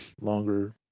longer